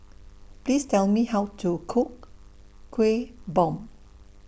Please Tell Me How to Cook Kuih Bom